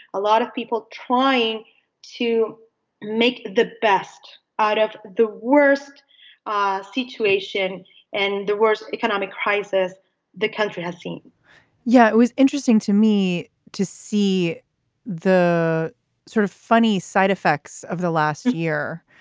a lot of people trying to make the best out of the worst ah situation and the worst economic crisis the country has seen yeah, it was interesting to me to see the sort of funny side effects of the last year.